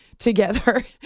together